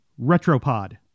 Retropod